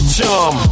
Chum